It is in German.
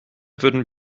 würden